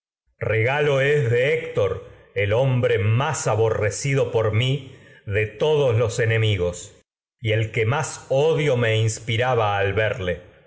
regalo es de héctor el hombre mi de aborrecido por todos los enemigos y el que más odio me inspiraba al verle